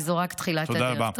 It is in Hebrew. וזו רק תחילת הדרך.